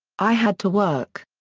i had to work.